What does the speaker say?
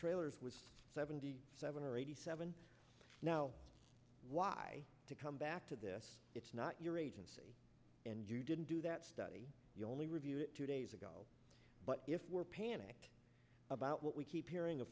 trailers was seventy seven or eighty seven now why to come back to this it's not your agency and you didn't do that study you only review two days ago but if we're panicked about what we keep hearing